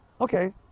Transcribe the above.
Okay